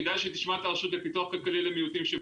כדאי שתשמע את הרשות לפיתוח כלכלי למיעוטים.